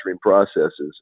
processes